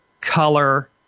color